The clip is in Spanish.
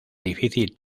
difícil